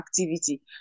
activity